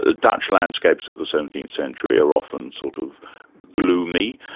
ah dutch landscapes of the seventeenth century are often sort of gloomy,